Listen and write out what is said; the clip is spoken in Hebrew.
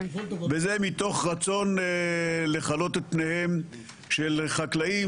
וזה מתוך רצון לחלות את פניהם של חקלאים